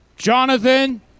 Jonathan